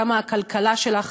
כמה הכלכלה שלה חזקה,